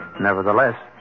Nevertheless